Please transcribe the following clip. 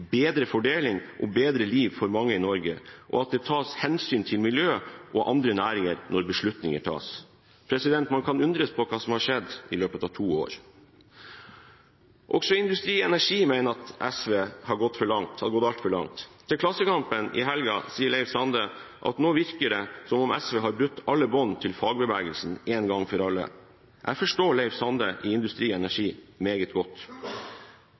bedre fordeling og bedre liv for mange i Norge, at det tas hensyn til miljøet og til andre næringer når beslutninger tas.» Man kan undres på hva som har skjedd i løpet av to år. Også Industri Energi mener at SV har gått altfor langt. Til Klassekampen i helgen sier Leif Sande at nå virker det som om SV har brutt alle bånd til fagbevegelsen en gang for alle. Jeg forstår Leif Sande i Industri Energi meget godt.